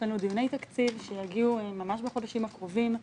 לנו דיוני תקציב שיגיעו ממש בחודשים הקרובים.